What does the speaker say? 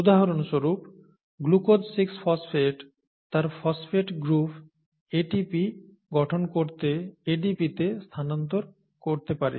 উদাহরণস্বরূপ glucose 6 phosphate তার phosphate group ATP গঠন করতে ADP তে স্থানান্তর করতে পারে